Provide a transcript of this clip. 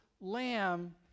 lamb